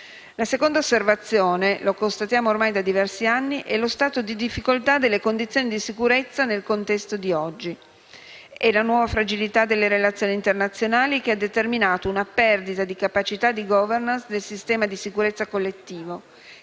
La seconda osservazione - come constatiamo ormai da diversi anni - è relativa allo stato di difficoltà delle condizioni di sicurezza nel contesto di oggi e alla nuova fragilità delle relazioni internazionali, che ha determinato una perdita di capacità di *governance* del sistema di sicurezza collettivo,